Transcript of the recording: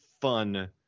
fun